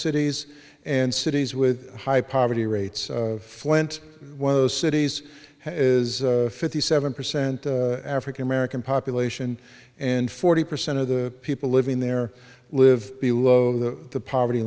cities and cities with high poverty rates flint one of those cities is fifty seven percent african american population and forty percent of the people living there live below the poverty